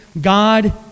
God